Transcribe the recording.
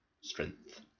strength